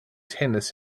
tennis